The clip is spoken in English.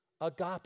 Agape